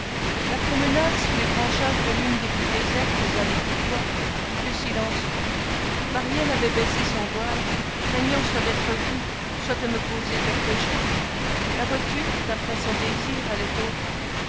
la promenade sous les branchages de l'une des plus désertes allées du bois fut silencieuse maryelle avait baissé son voile craignant soit d'être vue soit de me causer quelque gêne la voiture d'après son désir allait au pas